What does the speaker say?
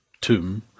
tomb